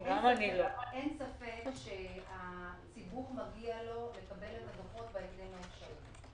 אין ספק שלציבור מגיע לקבל את הדוחות בהקדם האפשרי,